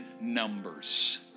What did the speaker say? numbers